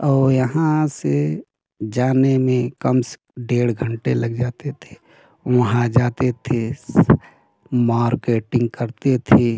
औ यहाँ से जाने में कम से डेढ़ घंटे लग जाते थे वहाँ जाते थे मार्केटिंग करते थे